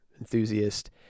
enthusiast